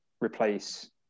replace